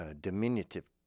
diminutive